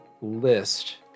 list